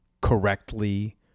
correctly